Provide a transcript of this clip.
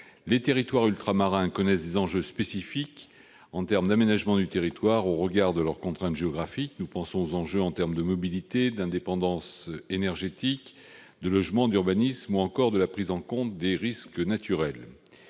Les territoires ultramarins connaissent des enjeux spécifiques en termes d'aménagement du territoire au regard de leurs contraintes géographiques- nous pensons aux enjeux en termes de mobilité, d'indépendance énergétique, de logements, d'urbanisme ou encore de prise en compte des risques naturels.